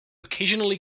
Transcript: occasionally